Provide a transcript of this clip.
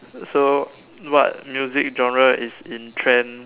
so what music genre is in trend